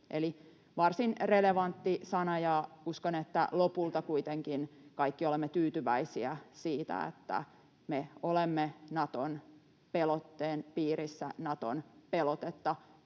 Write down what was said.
varsin relevantti sana, ja uskon, että lopulta kuitenkin kaikki olemme tyytyväisiä siitä, että me olemme Naton pelotteen piirissä